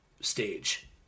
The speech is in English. stage